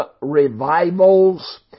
Revivals